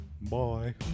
Bye